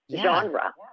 genre